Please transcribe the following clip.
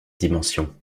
dimension